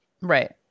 Right